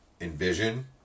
envision